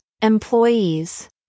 employees